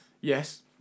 Yes